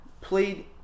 played